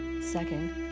second